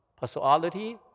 personality